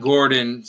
Gordon